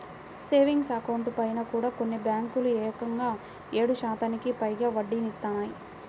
savings అకౌంట్లపైన కూడా కొన్ని బ్యేంకులు ఏకంగా ఏడు శాతానికి పైగా వడ్డీనిత్తన్నాయి